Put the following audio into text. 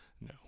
No